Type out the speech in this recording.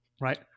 Right